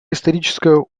историческая